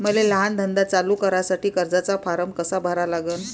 मले लहान धंदा चालू करासाठी कर्जाचा फारम कसा भरा लागन?